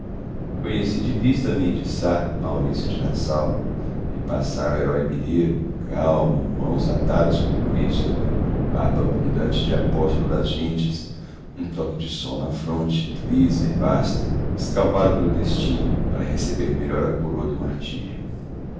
conheci de vista mem de sá maurício de nassau vi passar o herói mineiro calmo mãos atadas como cristo barba abundante de apóstolo das gentes um toque de sol na fronte lisa e vasta escavada pelo destino para receber melhor a coroa do martírio